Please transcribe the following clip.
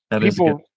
people